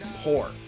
poor